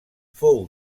fou